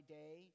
day